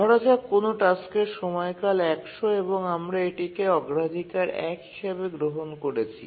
ধরা যাক কোনও টাস্কের সময়কাল ১০০ এবং আমরা এটিকে অগ্রাধিকার ১ হিসাবে গ্রহন করেছি